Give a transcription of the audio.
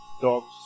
dogs